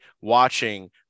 watching